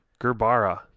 gerbara